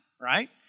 right